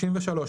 "93.